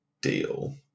deal